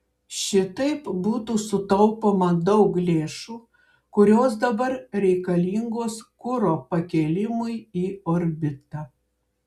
šitaip būtų sutaupoma daug lėšų kurios dabar reikalingos kuro pakėlimui į orbitą